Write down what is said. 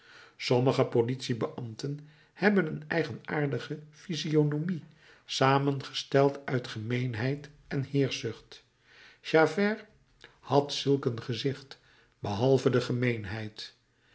sommige politiebeambten hebben een eigenaardige physionomie samengesteld uit gemeenheid en heerschzucht javert had zulk een gezicht behalve de gemeenheid